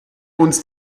uns